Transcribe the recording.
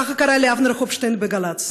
ככה קרה לאבנר הופשטיין בגל"צ,